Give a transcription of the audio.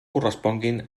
corresponguin